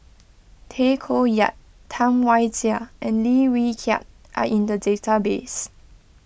Tay Koh Yat Tam Wai Jia and Lim Wee Kiak are in the database